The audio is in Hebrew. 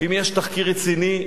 אם יש תחקיר רציני,